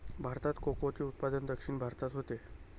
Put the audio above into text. भारतात कोकोचे उत्पादन दक्षिण भारतात होते